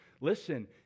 Listen